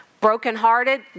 brokenhearted